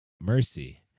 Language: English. Mercy